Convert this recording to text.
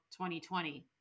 2020